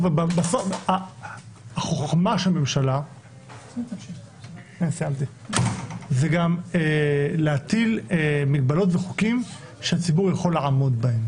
בסוף החוכמה של ממשלה זה גם להטיל מגבלות וחוקים שהציבור יכול לעמוד בהם